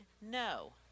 no